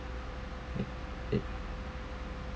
it it